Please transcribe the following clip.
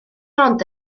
ond